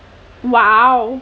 !wow!